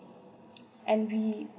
and we